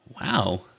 Wow